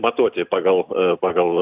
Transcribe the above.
matuoti pagal pagal